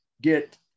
get